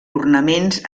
ornaments